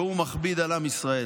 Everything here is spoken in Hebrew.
והוא מכביד על עם ישראל.